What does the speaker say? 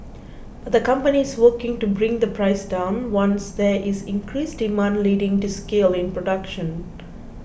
but the company is working to bring the price down once there is increased demand leading to scale in production